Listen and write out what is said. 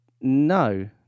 No